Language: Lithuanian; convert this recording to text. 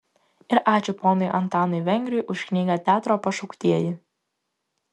ir ačiū ponui antanui vengriui už knygą teatro pašauktieji